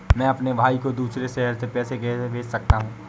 मैं अपने भाई को दूसरे शहर से पैसे कैसे भेज सकता हूँ?